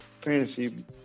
fantasy